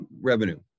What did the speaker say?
revenue